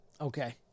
Okay